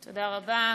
תודה רבה.